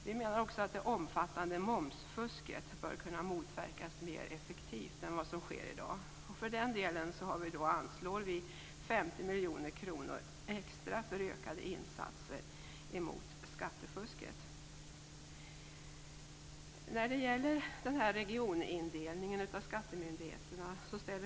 Vi menar också att det omfattande momsfusket bör kunna motverkas mer effektivt än vad som sker i dag. För den delen föreslår vi 50 miljoner kronor extra i anslag för ökade insatser mot skattefusket. Vi ställer oss bakom förslaget om regionindelningen av skattemyndigheterna.